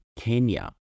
Kenya